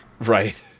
Right